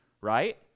right